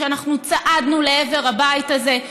כשאנחנו צעדנו לעבר הבית הזה.